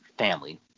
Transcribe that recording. Family